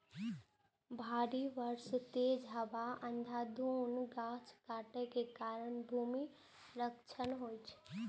भारी बर्षा, तेज हवा आ अंधाधुंध गाछ काटै के कारण भूमिक क्षरण होइ छै